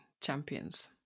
champions